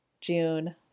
june